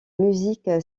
musique